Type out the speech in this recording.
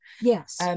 Yes